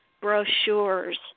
brochures